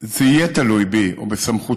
זה יהיה תלוי בי ובסמכותי,